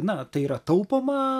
na tai yra taupoma